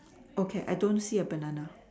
okay I don't see a banana